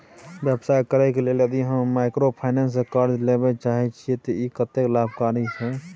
व्यवसाय करे के लेल यदि हम माइक्रोफाइनेंस स कर्ज लेबे चाहे छिये त इ कत्ते लाभकारी छै?